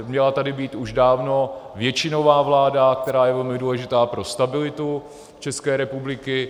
Měla tady být už dávno většinová vláda, která je velmi důležitá pro stabilitu České republiky.